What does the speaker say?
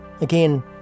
again